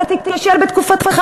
אתה תיכשל בתקופתך,